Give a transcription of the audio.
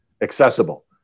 accessible